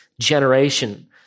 generation